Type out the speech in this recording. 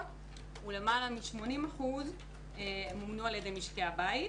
ולמעלה מ-80% מומנו על ידי משקי הבית.